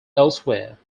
elsewhere